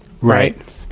Right